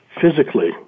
physically